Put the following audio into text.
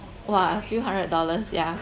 !wah! few hundred dollars yeah